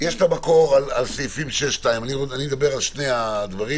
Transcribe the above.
המקור לגבי סעיפים 2 עד 6 ואני מדבר על שני הדברים